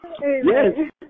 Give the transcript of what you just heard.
Yes